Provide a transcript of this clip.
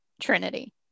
Trinity